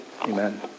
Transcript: amen